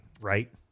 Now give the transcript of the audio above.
right